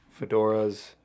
fedoras